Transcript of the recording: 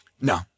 No